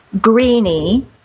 Greeny